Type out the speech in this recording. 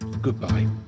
goodbye